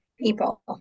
people